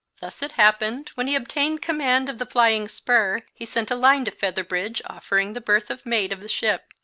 thus it happened, when he obtained command of the flying spur he sent a line to featherbridge offering the berth of mate of the ship,